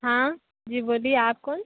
हाँ जी बोलिए आप कौन